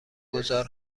گذار